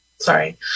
sorry